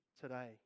today